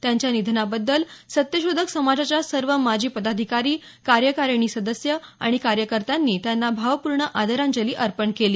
त्यांच्या निधनाबद्दल सत्यशोधक समाजाच्या सर्व माजी पदाधिकारी कार्यकारिणी सदस्य आणि कार्यकर्त्यांनी त्यांना भावपूर्ण आदरांजली अर्पण केली